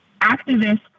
activists